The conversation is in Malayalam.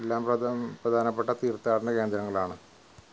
എല്ലാം പ്രെതം പ്രധാനപ്പെട്ട തീർത്ഥാടന കേന്ദ്രങ്ങളാണ്